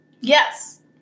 Yes